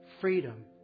Freedom